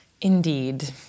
Indeed